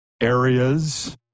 areas